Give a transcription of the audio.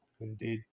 Indeed